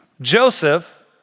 Joseph